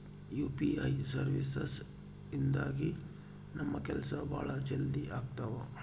UPI services ಇಂದಾಗಿ ನಮ್ ಕೆಲ್ಸ ಭಾಳ ಜಲ್ದಿ ಅಗ್ತವ